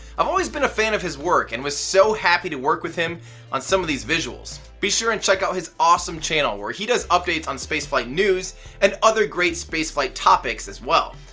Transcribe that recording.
i've always been a fan of his work and was so happy to work with him on some of these visuals. be sure and check out his awesome channel where he does updates on spaceflight news and other great spaceflight topics as well.